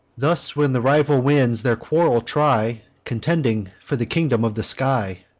thus, when the rival winds their quarrel try, contending for the kingdom of the sky,